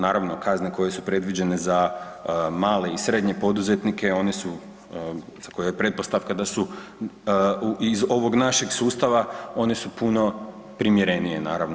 Naravno kazne koje su predviđene za male i srednje poduzetnike one su, za koje je pretpostavka da su iz ovog našeg sustava one su puno primjerenije naravno.